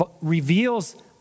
reveals